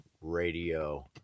Radio